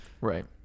Right